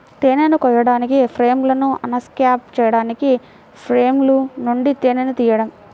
తేనెను కోయడానికి, ఫ్రేమ్లను అన్క్యాప్ చేయడానికి ఫ్రేమ్ల నుండి తేనెను తీయడం